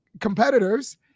competitors